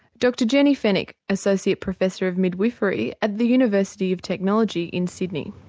dr jenny fenwick, associate professor of midwifery at the university of technology in sydney.